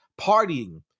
partying